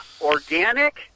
organic